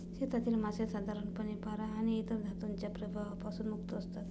शेतातील मासे साधारणपणे पारा आणि इतर धातूंच्या प्रभावापासून मुक्त असतात